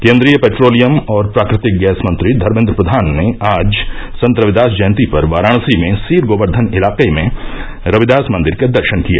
केंट्रीय petroleum और प्राकृतिक gas मंत्री धर्मेन्द्र प्रधान ने आज संत रविदास जयंती पर वाराणसी में सीर गोर्व्धन इलाके में रविदास मंदिर के दर्शन किए